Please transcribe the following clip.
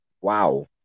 Wow